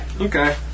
Okay